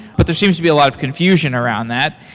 but there seems to be a lot of confusion around that.